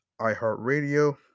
iHeartRadio